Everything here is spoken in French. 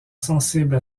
sensibles